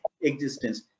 existence